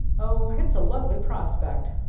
oh, it's a lovely prospect!